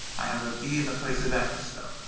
i have a b in the place of x though.